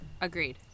Agreed